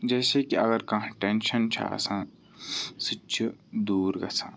جیسے کہِ اگر کانٛہہ ٹٮ۪نشَن چھُ آسان سُہ تہِ چھِ دوٗر گژھان